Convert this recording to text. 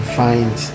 find